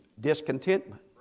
discontentment